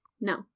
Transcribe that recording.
No